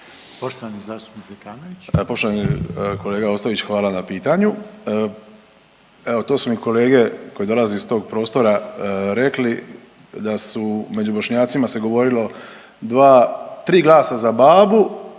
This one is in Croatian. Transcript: Poštovana zastupnik Zekanović.